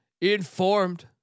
informed